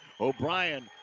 O'Brien